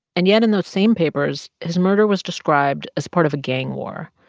and yet in those same papers, his murder was described as part of a gang war.